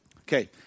Okay